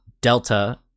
delta